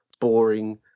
boring